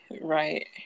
Right